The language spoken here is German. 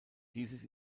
dieses